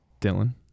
Dylan